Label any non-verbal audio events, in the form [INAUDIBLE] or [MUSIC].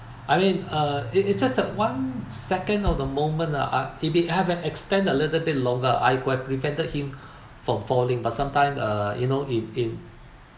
I mean uh it it just a one second of the moment ah I if it has an extend a little bit longer I could have prevented him [BREATH] from falling but sometime uh you know in in